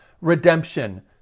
redemption